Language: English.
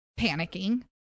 panicking